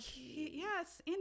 yes